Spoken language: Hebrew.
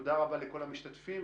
תודה רבה לכל המשתתפים.